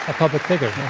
ah public figure